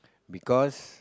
because